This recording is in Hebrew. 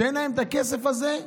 שאין להם הכסף הזה,